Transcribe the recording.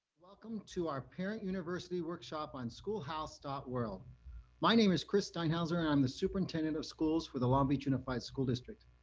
welcome to our parent university workshop on schoolhouse world my name is chris steinhauser, and i'm the superintendent of schools for the long beach unified school district.